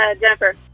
Jennifer